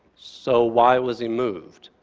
so, why was he moved?